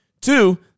Two